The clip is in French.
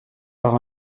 par